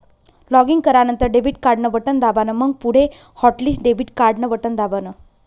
login करानंतर debit card न button दाबान, मंग पुढे हॉटलिस्ट डेबिट कार्डन बटन दाबान